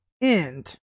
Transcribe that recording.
end